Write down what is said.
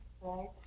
right